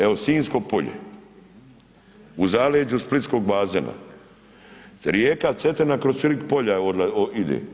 Evo sinjsko polje, u zaleđu splitskog bazena rijeka Cetina je kroz tri polja ide.